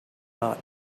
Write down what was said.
not